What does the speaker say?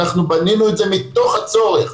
אנחנו בנינו את זה מתוך הצורך,